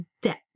debt